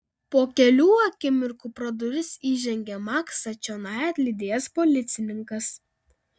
po kelių akimirkų pro duris įžengė maksą čionai atlydėjęs policininkas